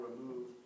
remove